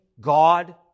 God